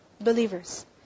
Believers